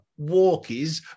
walkies